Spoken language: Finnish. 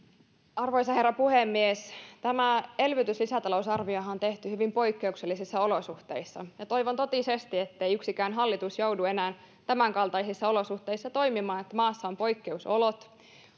arvoisa herra puhemies tämä elvytyslisätalousarviohan on tehty hyvin poikkeuksellisissa olosuhteissa ja toivon totisesti ettei yksikään hallitus joudu enää tämänkaltaisissa olosuhteisessa toimimaan että maassa on poikkeusolot